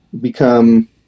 become